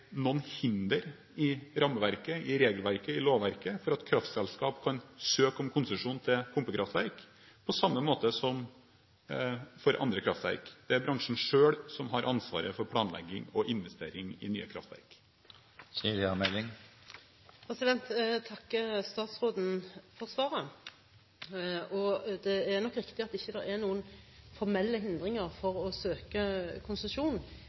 noen hinder i rammeverket, i regelverket og i lovverket for at kraftselskap kan søke om konsesjon til pumpekraftverk på samme måte som andre kraftverk. Det er bransjen selv som har ansvaret for planlegging og investering i nye kraftverk. Jeg takker statsråden for svaret. Det er nok riktig at det ikke er noen formelle hindringer for å søke konsesjon,